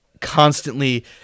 constantly